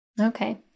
Okay